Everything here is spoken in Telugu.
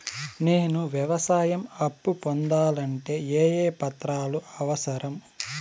నేను వ్యవసాయం అప్పు పొందాలంటే ఏ ఏ పత్రాలు అవసరం?